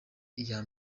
iya